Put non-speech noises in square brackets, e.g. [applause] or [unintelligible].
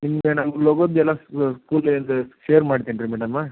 ನಿಮಗೆ ನಮ್ಮ ಲೋಗೋದೆಲ್ಲ [unintelligible] ಇಲ್ದೇ ಶೇರ್ ಮಾಡ್ತೀನಿ ರೀ ಮೇಡಮ